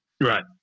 Right